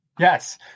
Yes